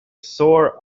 sore